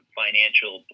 financial